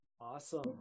Awesome